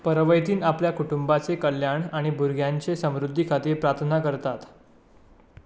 परवैतीन आपल्या कुटुंबाचें कल्याण आनी भुरग्यांचे समृध्दी खातीर प्रार्थना करतात